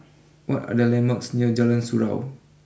what are the landmarks near Jalan Surau